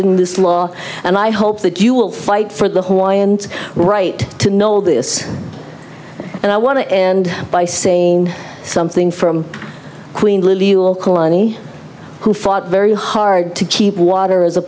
in this law and i hope that you will fight for the why and right to know this and i want to end by saying something from queen corny who fought very hard to keep water as a